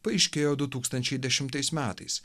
paaiškėjo du tūkstančiai dešimtais metais